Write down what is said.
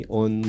on